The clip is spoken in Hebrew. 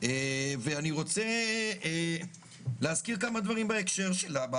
ואני רוצה להזכיר כמה דברים בהקשר שלה.